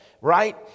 right